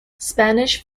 spanish